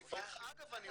דרך אגב,